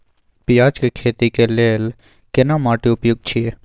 पियाज के खेती के लेल केना माटी उपयुक्त छियै?